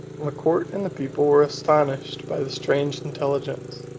the court and the people were astonished by the strange intelligence,